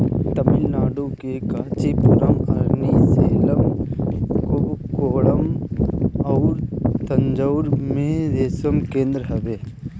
तमिलनाडु के कांचीपुरम, अरनी, सेलम, कुबकोणम अउरी तंजाउर में रेशम केंद्र हवे